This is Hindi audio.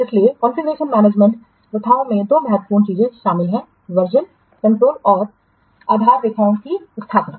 इसलिए कॉन्फ़िगरेशन मैनेजमेंटप्रथाओं में दो महत्वपूर्ण चीजें शामिल हैं वर्जनकंट्रोल और आधार रेखाओं की स्थापना